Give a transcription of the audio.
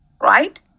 Right